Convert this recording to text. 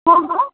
હા હા